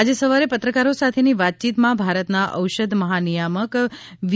આજે સવારે પત્રકારો સાથેની વાતચીતમાં ભારતના ઔષધ મહાનિયામક વી